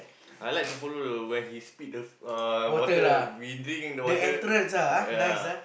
I like to follow when he spit the uh water we drink the water ya